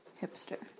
hipster